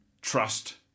trust